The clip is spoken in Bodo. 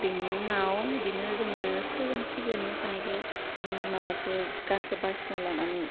बेनि उनाव बिदिनो जोङो सोलोंसिगोन मोसानायखौ माबाखौ गानखो बासिना लानानै